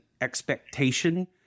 expectation